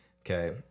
Okay